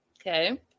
Okay